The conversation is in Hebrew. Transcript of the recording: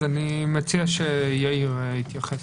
אז אני מציע שיאיר יתייחס.